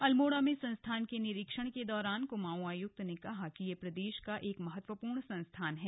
अल्मोड़ा में संस्थान के निरीक्षण के दौरान कुमाऊं आयुक्त ने कहा कि यह प्रदेश का एक महत्वपूर्ण संस्थान है